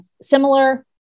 similar